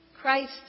Christ